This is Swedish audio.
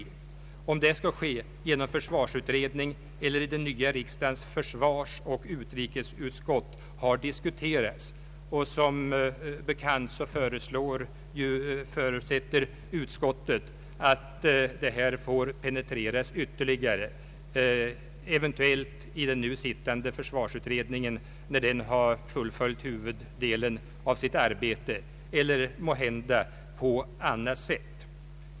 Huruvida denna prövning skall ske genom försvarsutredning eller i den nya riksdagens försvarsoch utrikesutskott har diskuterats, och som bekant förutsätter utskottet att den frågan får penetreras ytterligare — i den nu sittande försvarsutredningen, när den har fullföljt huvuddelen av sitt arbete, eller måhända på annat sätt.